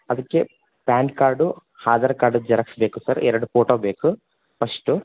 ಅದಕ್ಕೆ PAN card Aadhaar card xerox ಬೇಕು sir ಎರಡು ಫೋಟೋ ಬೇಕು ಪಸ್ಟು